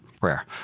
prayer